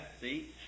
See